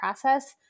process